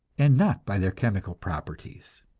and not by their chemical properties.